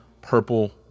Purple